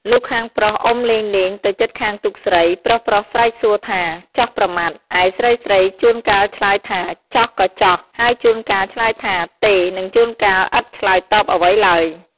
លុះខាងប្រុសអុំលេងៗទៅជិតទូកខាងស្រី ប្រុសៗស្រែកសួរថា ចោះប្រមាត់ ឯស្រីៗជួនកាលឆ្លើយ ថា ចោះក៏ចោះ ហើយជួនកាលឆ្លើយថា ទេ និងដូនកាយឥតឆ្លើយតបអ្វីឡើយ។